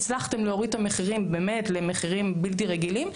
הצלחתם להוריד את המחירים באמת למחירים בלתי רגילים.